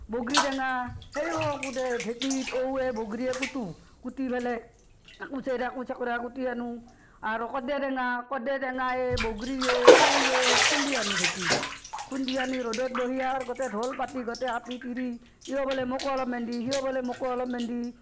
বগৰী টেঙা সেয়ো গোটে ঢেঁকীত ঔৱে বগৰীয়ে কুটু কুটি ফেলে ঔচেকৰা ঔচেকৰা কুটি আনো আৰু কদ্দে টেঙা কদ্দে টেঙায়ে বগৰীয়ে ঔৱে খুন্দি আনো ঢেঁকীত খুন্দি আনি ৰ'দত বহি আৰু গোটেই দল পাতি গোটেই আপি তিৰি ইও বোলে মোকো অলপমান দে সিও বোলে মোকো অলপমেন দে